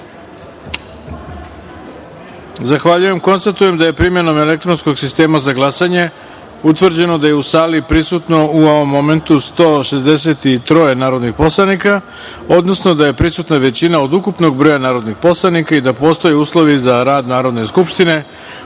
Zahvaljujem. Konstatujem da je primenom elektronskog sistema za glasanje utvrđeno da je u sali prisutno, u ovom momentu, 163 narodnih poslanika, odnosno da je prisutna većina od ukupnog broja narodnih poslanika i da postoje uslovi za rad Narodne skupštine